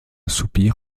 soupir